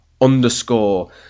underscore